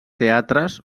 teatres